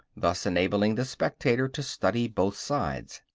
thus enabling the spectator to study both sides.